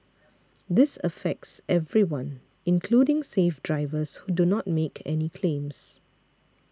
this affects everyone including safe drivers who do not make any claims